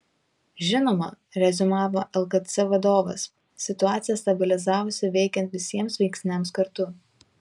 žinoma reziumavo lkc vadovas situacija stabilizavosi veikiant visiems veiksniams kartu